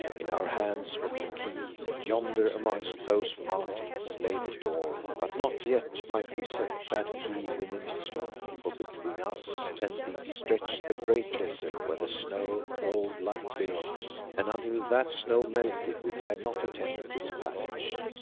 in our hands was the key, yonder amongst those mountains lay the door, but not yet might we set that key within its lock. for between us and these stretched the great desert, where the snow rolled like billows, and until that snow melted we dared not attempt its passage.